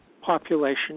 population